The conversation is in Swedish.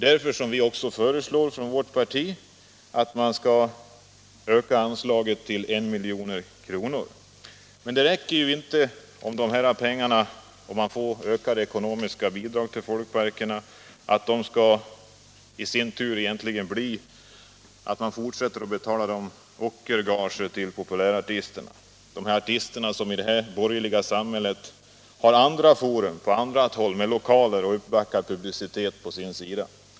Därför föreslår vi från vårt parti att anslaget skall höjas med 1 milj.kr. Men ökade ekonomiska bidrag till folkparkerna räcker inte om de fortsätter att betala ockergager till populära artister som i detta borgerliga samhälle har andra forum med lokaler och uppbackad publicitet.